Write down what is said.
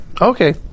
Okay